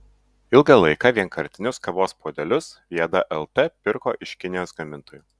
ilgą laiką vienkartinius kavos puodelius viada lt pirko iš kinijos gamintojų